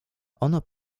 ona